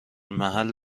محل